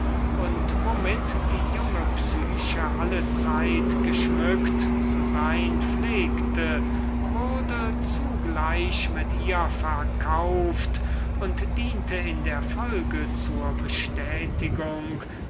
und womit die junge psyche allezeit geschmückt zu sein pflegte wurde zugleich mit ihr verkauft und diente in der folge zur bestätigung